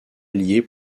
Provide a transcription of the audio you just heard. alliés